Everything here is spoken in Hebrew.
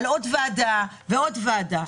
עוד ועדה ועוד ועדה.